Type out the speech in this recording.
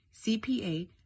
CPA